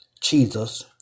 Jesus